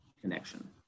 connection